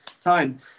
time